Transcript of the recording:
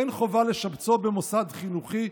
אין חובה לשבצו במוסד חינוכי.